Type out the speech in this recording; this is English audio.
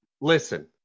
Listen